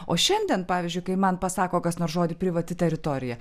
o šiandien pavyzdžiui kai man pasako kas nors žodį privati teritorija